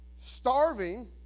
starving